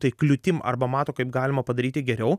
tai kliūtim arba mato kaip galima padaryti geriau